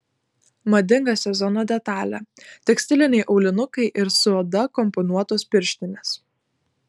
madinga sezono detalė tekstiliniai aulinukai ir su oda komponuotos pirštinės